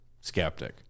skeptic